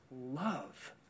love